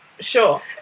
Sure